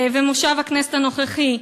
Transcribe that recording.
ומושב הכנסת הנוכחי,